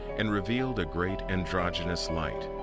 and revealed a great androgynous light.